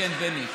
כן, בני.